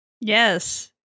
Yes